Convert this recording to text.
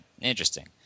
Interesting